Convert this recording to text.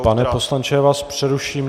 Pane poslanče, já vás přeruším.